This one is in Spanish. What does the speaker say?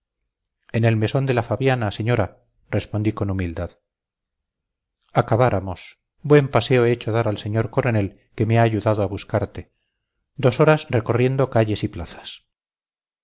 en el mesón de la fabiana señora respondí con humildad acabáramos buen paseo he hecho dar al señor coronel que me ha ayudado a buscarte dos horas recorriendo calles y plazas